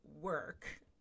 work